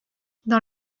dans